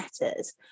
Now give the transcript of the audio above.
letters